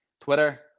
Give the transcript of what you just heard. Twitter